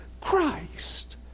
Christ